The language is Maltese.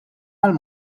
għall